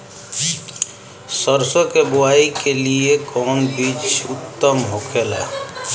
सरसो के बुआई के लिए कवन बिज उत्तम होखेला?